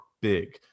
big